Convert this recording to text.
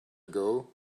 ago